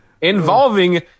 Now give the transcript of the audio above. involving